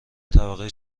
طبقه